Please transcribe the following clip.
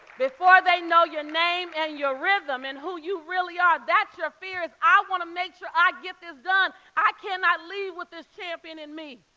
before they know your name, and your rhythm, and who you really are, that's your fears. i want to make sure i get this done. i cannot leave with this champion in me.